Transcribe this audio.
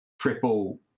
triple